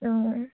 অঁ